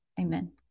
amen